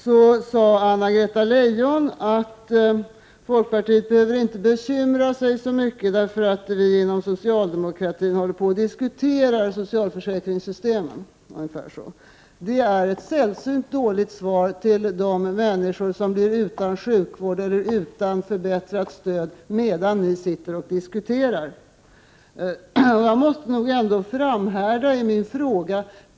Slutligen sade Anna-Greta Leijon ungefär som så att folkpartiet inte behöver bekymra sig så mycket, eftersom man inom socialdemokratin håller på att diskutera socialförsäkringssystemet. Det är ett sällsynt dåligt svar till de människor som blir utan sjukvård eller utan förbättrat stöd medan ni sitter och diskuterar. Jag måste nog ändå framhärda i min fråga.